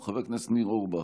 חבר הכנסת ניר אורבך,